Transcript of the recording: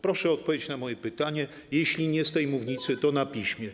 Proszę o odpowiedź na moje pytanie, jeśli nie z tej mównicy, to na piśmie.